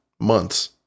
months